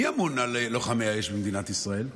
מי אמון על לוחמי האש במדינת ישראל?